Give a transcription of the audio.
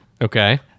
Okay